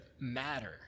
matter